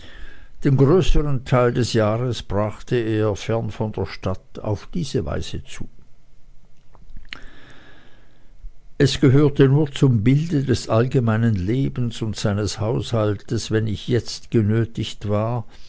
den größern teil des jahres brachte er fern von der stadt auf diese weise zu es gehörte nur zum bilde des allgemeinen lebens und seines haushaltes wenn ich jetzt genötigt war